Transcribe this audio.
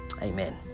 amen